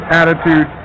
attitude